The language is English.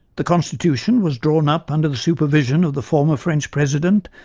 the constitution was drawn up under the supervision of the former french president,